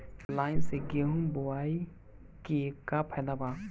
Line से गेहूं बोआई के का फायदा बा?